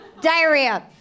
Diarrhea